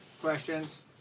questions